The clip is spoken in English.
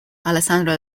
alessandro